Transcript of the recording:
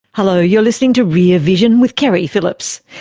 hello, you're listening to rear vision with keri phillips.